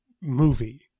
movie